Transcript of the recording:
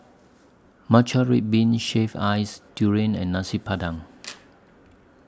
Matcha Red Bean Shaved Ice Durian and Nasi Padang